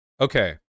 Okay